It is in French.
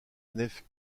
nef